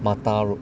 matter road